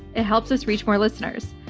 it helps us reach more listeners,